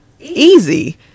easy